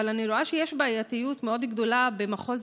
אבל אני רואה שיש בעייתיות מאוד גדולה במחוז